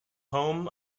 home